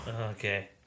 Okay